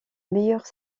meilleure